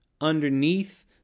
underneath